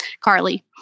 Carly